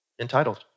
Entitled